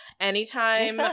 anytime